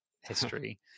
history